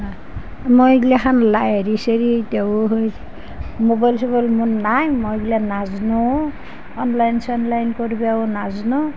মই এগিলাখান লা হেৰি চেৰি তেও সেই মোবাইল চোবাইল মোৰ নাই মই এইবিলাক নাজানোও অনলাইন চনলাইন কৰিবও নাজানো